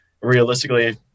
realistically